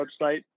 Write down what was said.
website